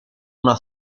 una